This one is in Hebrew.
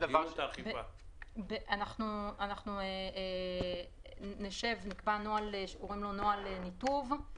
אנחנו נקבע נוהל ניתוב.